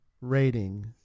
rating